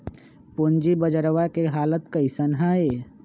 पूंजी बजरवा के हालत कैसन है?